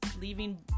leaving